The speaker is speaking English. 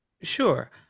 Sure